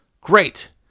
Great